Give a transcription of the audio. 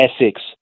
Essex